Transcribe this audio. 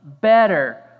better